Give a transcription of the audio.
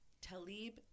Talib